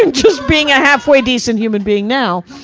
and just being a halfway decent human being now.